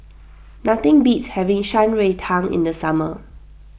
nothing beats having Shan Rui Tang in the summer